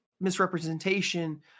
misrepresentation